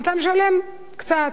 אתה משלם קצת.